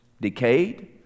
decayed